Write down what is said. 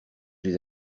les